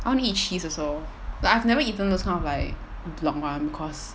I wanna eat cheese also but I've never eaten those kind of like block one cause